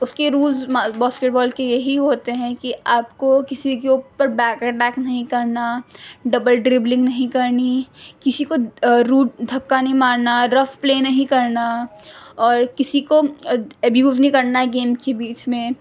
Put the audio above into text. اس کی rules basketball کے یہی ہوتے ہیں کہ آپ کو کسی کے اوپر بیکیڈ بیک نہیں کرنا ڈبل ڈربلنگ نہیں کرنی کسی کو رو دھکا نہیں مارنا ڈرف پلے نہیں کرنا اور کسی کو ابیوز نہیں کرنا گیم کے بیچ میں